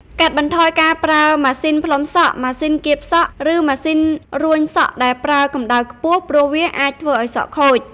កាត់បន្ថយការប្រើម៉ាស៊ីនផ្លុំសក់ ម៉ាស៊ីនគៀបសក់ ឬម៉ាស៊ីនរួញសក់ដែលប្រើកម្ដៅខ្ពស់ ព្រោះវាអាចធ្វើឱ្យសក់ខូច ។